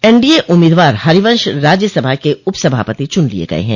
NDA उम्मीदवार हरिवंश राज्यसभा के उपसभापति चुन लिये गए हैं